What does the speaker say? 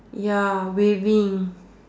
ya waving